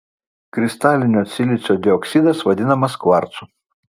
kristalinio silicio dioksidas vadinamas kvarcu